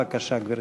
בבקשה, גברתי.